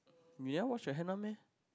without wash your hand on meh